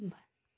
بہ